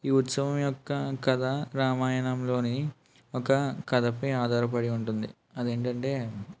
ఈ ఉత్సవం యొక్క కథ రామాయణంలోని ఒక కథపై ఆధారపడి ఉంటుంది అది ఏమిటంటే